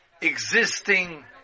existing